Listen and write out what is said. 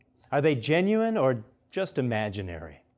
are they genuine or just imaginary?